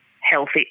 healthy